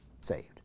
saved